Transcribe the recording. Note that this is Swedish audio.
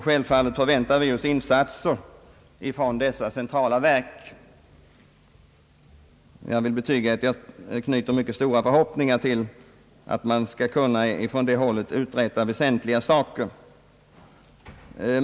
Självfallet väntar vi oss insatser av dessa centrala verk. Jag vill betyga att jag knyter mycket stora förhoppningar till att de skall kunna uträtta väsentliga saker.